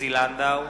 עוזי לנדאו,